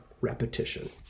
repetition